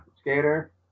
skater